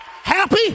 Happy